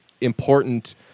important